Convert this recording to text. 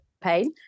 pain